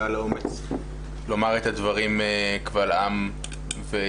ותודה על האומץ לומר את הדברים קבל עם ועדה.